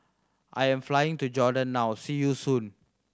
I am flying to Jordan now see you soon